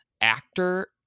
actor